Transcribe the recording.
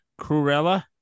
Cruella